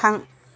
थां